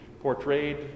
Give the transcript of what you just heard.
portrayed